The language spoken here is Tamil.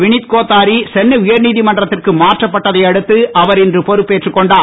வினித் பத்தாரி சென்னை உயர்நீதமன்றத்திற்கு மாற்றப்பட்டதை அடுத்து அவர் இன்று பொறுப்பேற்றுக் கொண்டார்